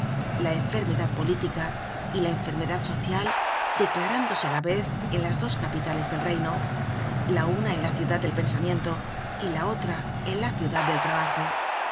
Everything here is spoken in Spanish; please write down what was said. la enfermedad política y la enfermedad social declarándose á la vez en las dos capitales del reino la una en la ciudad del pensamiento y la otra en la ciudad del trabajo